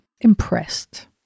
impressed